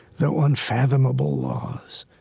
though unfathomable laws.